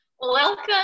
Welcome